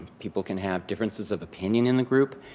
people can have differences of opinion in the group.